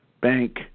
bank